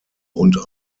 und